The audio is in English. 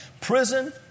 prison